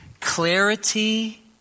clarity